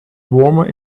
warmer